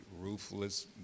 ruthless